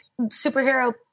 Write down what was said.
superhero